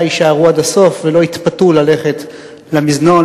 יישארו עד הסוף ולא יתפתו ללכת למזנון,